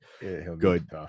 good